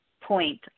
point